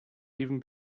even